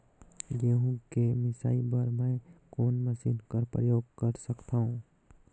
गहूं के मिसाई बर मै कोन मशीन कर प्रयोग कर सकधव?